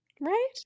Right